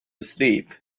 sleep